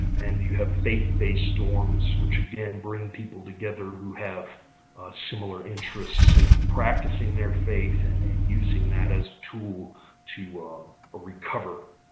and you have faith-based dorms which again bring people together who have similar interests in practicing their faith and and using that as a tool to ah ah recover.